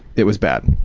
it was bad.